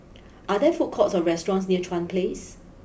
are there food courts or restaurants near Chuan place